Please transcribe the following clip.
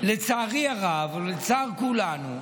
לצערי הרב ולצער כולנו,